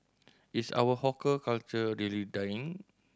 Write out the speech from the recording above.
is our hawker culture really dying